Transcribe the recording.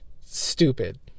stupid